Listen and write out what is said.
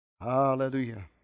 Hallelujah